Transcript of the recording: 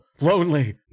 lonely